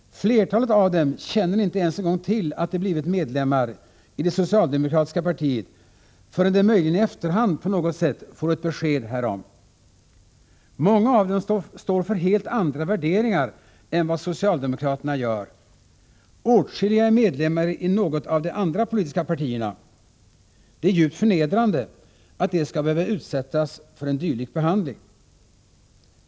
De flesta känner inte ens till att de har blivit medlemmar i det socialdemokratiska partiet förrän de möjligen i efterhand på något sätt får ett besked härom. Många av dem står för helt andra värderingar än vad socialdemokraterna gör. Åtskilliga är medlemmar i något av de andra politiska partierna. Det är djupt förnedrande att de skall behöva utsättas för en dylik behandling.